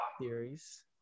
theories